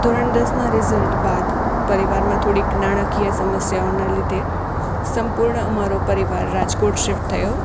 ધોરણ દસના રીઝલ્ટ બાદ પરિવારમાં થોડીક નાણાંકીય સમસ્યાઓના લીધે સંપૂર્ણ અમારો પરિવાર રાજકોટ શિફ્ટ થયો